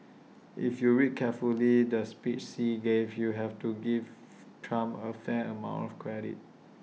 if you read carefully the speech Xi gave you have to give Trump A fair amount of credit